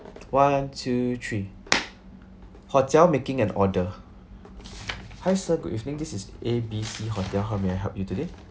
one two three hotel making an order hi sir good evening this is A B C hotel how may I help you today